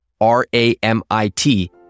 R-A-M-I-T